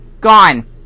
gone